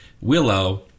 Willow